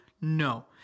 No